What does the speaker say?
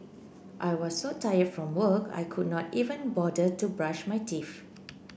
I was so tired from work I could not even bother to brush my teeth